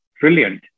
brilliant